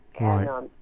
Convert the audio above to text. Right